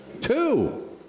Two